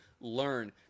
learn